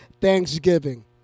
thanksgiving